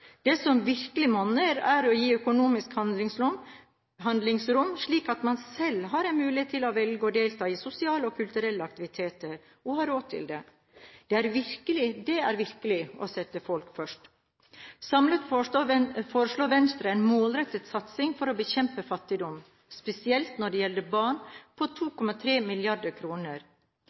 Det som virkelig monner, er å gi økonomisk handlingsrom, slik at man selv har en mulighet til å velge å delta i sosiale og kulturelle aktiviteter og ha råd til det. Det er virkelig å sette folk først. Samlet foreslår Venstre en målrettet satsing for å bekjempe fattigdom, spesielt når det gjelder barn, på 2,3